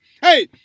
Hey